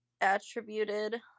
attributed